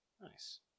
nice